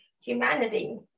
humanity